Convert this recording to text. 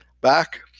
back